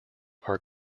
are